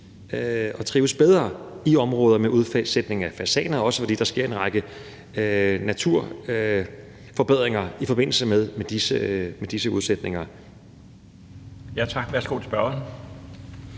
og trives bedre i områder med udsætning af fasaner, også fordi der sker en række naturforbedringer i forbindelse med disse udsætninger. Kl. 15:19 Den fg.